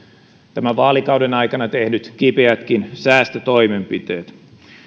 tämän vaalikauden aikana tehdyt kipeätkin säästötoimenpiteet